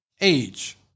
age